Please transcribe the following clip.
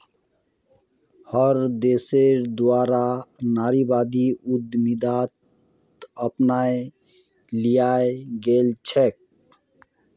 हर देशेर द्वारा नारीवादी उद्यमिताक अपनाए लियाल गेलछेक